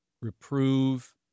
reprove